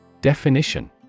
Definition